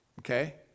Okay